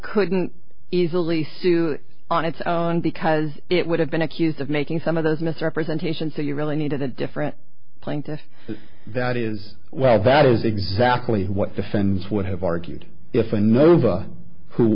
couldn't easily sue on its own because it would have been accused of making some of those misrepresentations so you really needed a different playing to that is well that is exactly what the fans would have argued if another the who